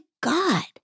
God